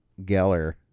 geller